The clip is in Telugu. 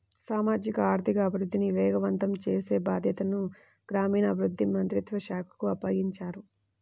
సామాజిక ఆర్థిక అభివృద్ధిని వేగవంతం చేసే బాధ్యతను గ్రామీణాభివృద్ధి మంత్రిత్వ శాఖకు అప్పగించారు